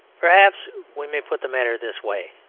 perhaps we may put the matter this way